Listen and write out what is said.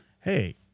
hey